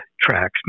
tracks